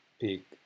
peak